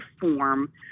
form